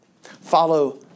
Follow